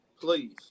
please